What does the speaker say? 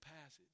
passage